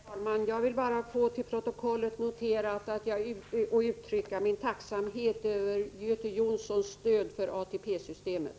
Herr talman! Jag vill få till protokollet noterat att jag uttrycker min tacksamhet över Göte Jonssons stöd för ATP-systemet.